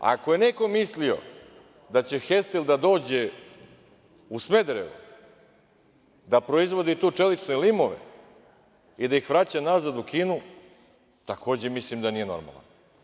Ako je neko mislio da će "Hestel" da dođe u Smederevo, da proizvodi tu čelične limove i da ih vraća nazad u Kinu, takođe mislim da nije normalan.